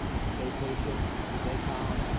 stay patient, stay calm,